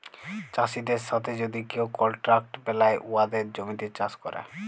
চাষীদের সাথে যদি কেউ কলট্রাক্ট বেলায় উয়াদের জমিতে চাষ ক্যরে